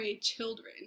children